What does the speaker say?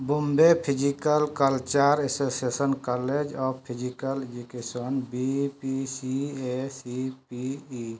Bombay physical culture association collage of physical education B P C A C P E